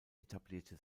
etablierte